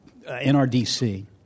NRDC